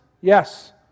Yes